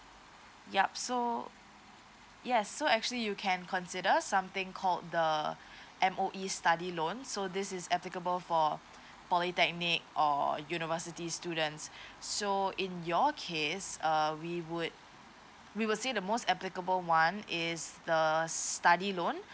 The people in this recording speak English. yup so yes so actually you can consider something called the M_O_E study loan so this is applicable for polytechnic or university students so in your case uh we would we would say the most applicable one is the study loan